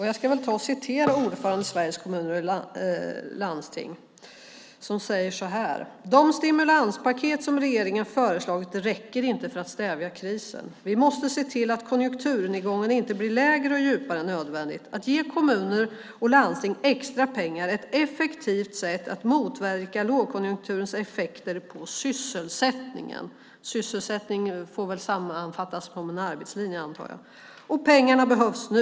Jag ska citera ordföranden i Sveriges Kommuner och Landsting: "De stimulanspaket som regeringen föreslagit räcker inte för att stävja krisen. Vi måste se till att konjunkturnedgången inte blir längre och djupare än nödvändigt. Att ge kommuner och landsting extra pengar är ett effektivt sätt att motverka lågkonjunkturens effekter på sysselsättningen." Sysselsättningen får väl sammanfattas som en arbetslinje, antar jag. Sedan skriver han: "Och pengarna behövs nu."